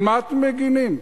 על מה אתם מגינים?